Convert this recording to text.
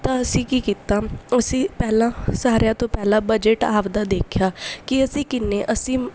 ਤਾਂ ਅਸੀਂ ਕੀ ਕੀਤਾ ਅਸੀਂ ਪਹਿਲਾਂ ਸਾਰਿਆਂ ਤੋਂ ਪਹਿਲਾਂ ਬਜਟ ਆਪਣਾ ਦੇਖਿਆ ਕਿ ਅਸੀਂ ਕਿੰਨੇ ਅਸੀਂ